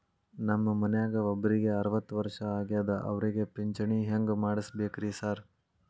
ನಮ್ ಮನ್ಯಾಗ ಒಬ್ರಿಗೆ ಅರವತ್ತ ವರ್ಷ ಆಗ್ಯಾದ ಅವ್ರಿಗೆ ಪಿಂಚಿಣಿ ಹೆಂಗ್ ಮಾಡ್ಸಬೇಕ್ರಿ ಸಾರ್?